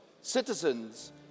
citizens